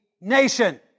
nation